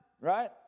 right